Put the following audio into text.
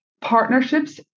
partnerships